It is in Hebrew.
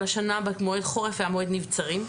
אבל השנה מועד חורף היה מועד נבצרים.